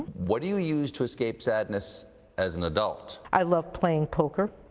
what do you use to escape sadness as an adult? i love playing poker,